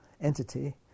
entity